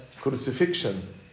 crucifixion